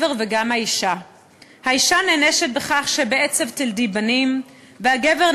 בוקר ויפעת שאשא ביטון וקבוצת חברי